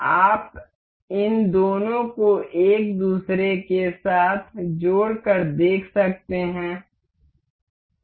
आप इन दोनों को एक दूसरे के साथ जोड़कर देख सकते हैं